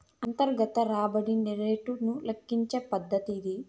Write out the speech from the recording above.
అంతర్గత రాబడి రేటును లెక్కించే పద్దతి ఇది